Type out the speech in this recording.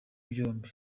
byombi